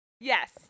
Yes